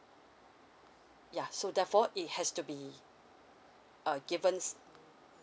ya so therefore it has to be uh given